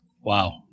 Wow